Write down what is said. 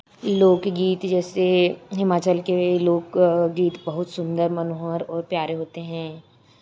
लोकगीत जैसे हिमाचल के लोकगीत बहुत सुंदर मनोहर और प्यारे होते हैं